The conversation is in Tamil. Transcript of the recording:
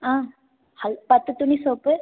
ஆ ஹல் பத்து துணி சோப்பு